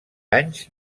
anys